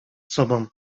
sobą